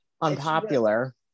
Unpopular